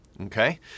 okay